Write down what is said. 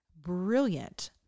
Brilliant